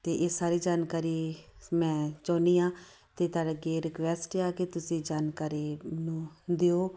ਅਤੇ ਇਹ ਸਾਰੀ ਜਾਣਕਾਰੀ ਮੈਂ ਚਾਹੁੰਦੀ ਹਾਂ ਅਤੇ ਤੁਹਾਡੇ ਅੱਗੇ ਰਿਕੁਐਸਟ ਆ ਕਿ ਤੁਸੀਂ ਜਾਣਕਾਰੀ ਮੈਨੂੰ ਦਿਓ